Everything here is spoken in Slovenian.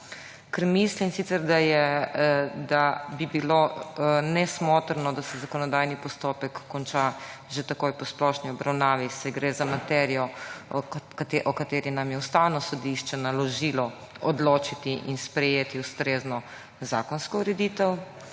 ker mislim, da bi bilo nesmotrno, da se zakonodajni postopek konča že takoj po splošni obravnavi, saj gre za materijo o kateri nam je Ustavno sodišče naložilo odločiti in sprejeti ustrezno zakonsko ureditev.